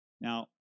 Now